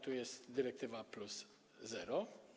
Tu jest dyrektywa plus zero.